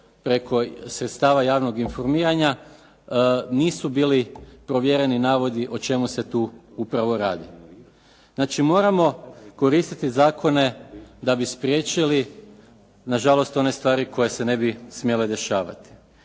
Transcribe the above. preko sredstava javnog informiranja nisu bili provjereni navodi o čemu se tu upravo radi. Znači, moramo koristiti zakone da bi spriječili na žalost one stvari koje se ne bi smjele dešavati.